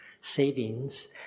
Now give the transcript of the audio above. savings